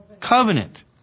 Covenant